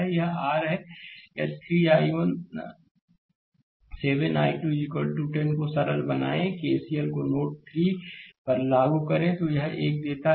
तो यह r है यदि 3 I1 7 I2 10 को सरल बनाएं KCL को नोड 3 में नोड 3 पर लागू करें यह एक देता है